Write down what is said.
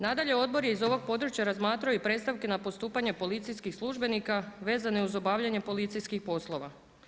Nadalje odbor je iz ovog područja razmatrao i predstavke na postupanja policijskih službenika vezane uz obavljanje policijskih poslova.